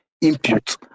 input